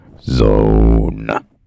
zone